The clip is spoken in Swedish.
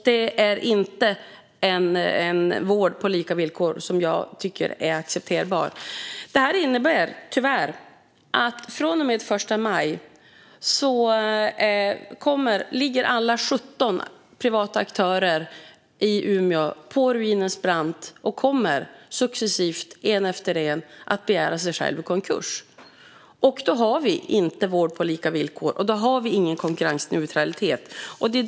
Det är inte en vård på lika villkor som jag tycker är acceptabel. Det här innebär, tyvärr, att från och med den 1 maj står alla 17 privata aktörer i Umeå på ruinens brant och kommer successivt, en efter en, att begära sig själva i konkurs. Då har vi inte vård på lika villkor och ingen konkurrensneutralitet.